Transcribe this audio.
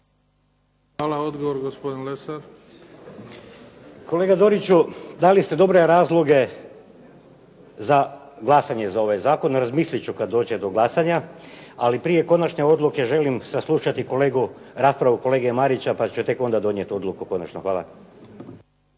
Dragutin (Nezavisni)** Kolega Doriću, dali ste dobre razloge za glasanje za ovaj zakon. Razmislit ću kad dođe do glasanja, ali prije konačne odluke želim saslušati raspravu kolege Marića pa ću tek onda donijeti odluku konačnu. Hvala.